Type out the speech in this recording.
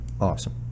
Awesome